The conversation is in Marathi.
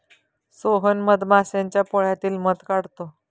सोहन मधमाश्यांच्या पोळ्यातील मध काढतो